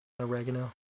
Oregano